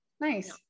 nice